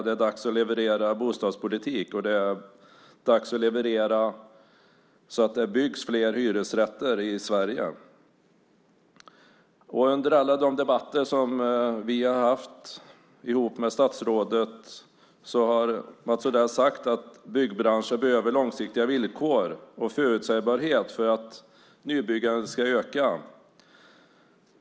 Det är dags att leverera bostadspolitik, och det är dags att leverera så att det byggs fler hyresrätter i Sverige. Under alla de debatter som vi har haft med statsrådet Mats Odell har han sagt att byggbranschen behöver långsiktiga villkor och förutsägbarhet för att nybyggandet ska öka.